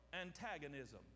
antagonism